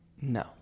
No